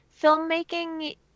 filmmaking